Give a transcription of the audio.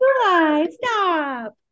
Stop